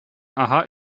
aha